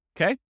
Okay